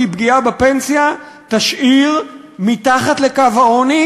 כי פגיעה בפנסיה תשאיר מתחת לקו העוני